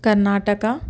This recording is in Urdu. کرناٹکا